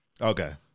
Okay